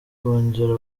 kongera